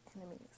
enemies